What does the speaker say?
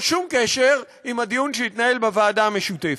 שום קשר לדיון שהתנהל בוועדה המשותפת.